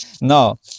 No